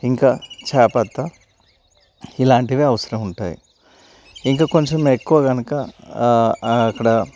ఇంకా చాయ్పత్తా ఇలాంటివే అవసరం ఉంటాయి ఇంకా కొంచెం ఎక్కువ కనుక అక్కడ